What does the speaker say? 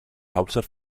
hauptstadt